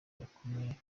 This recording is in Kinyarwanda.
bakomeye